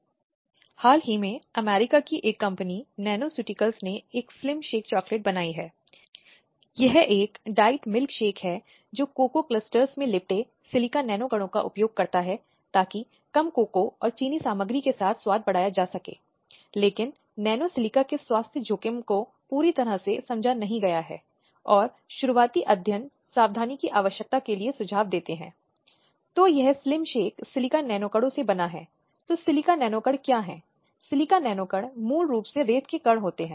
एक महिला आयोग से संपर्क कर सकती है चाहे तो राज्य स्तर पर या फिर केंद्रीय स्तर पर और फिर महिला आयोग को नोटिस जारी करने और आवश्यक पूछताछ करने का अधिकार है या संवेदनशीलता के साथ मामले से निपटने के लिए या अपने अधिकारों को सुनिश्चित करने के लिए उपयुक्त प्राधिकारी की आवश्यकता का हकदार है या यह सुनिश्चित करने के लिए कि उनके अधिकार पर्याप्त रूप से लागू हैं